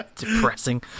depressing